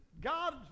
God